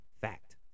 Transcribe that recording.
fact